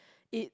it